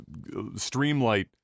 streamlight